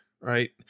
right